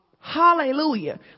Hallelujah